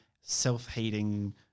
self-hating